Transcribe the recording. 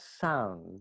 sound